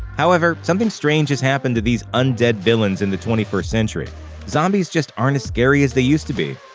however, something strange has happened to these undead villains in the twenty first century zombies just aren't as scary as they used to be.